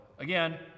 Again